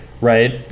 right